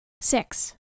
Six